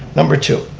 number two,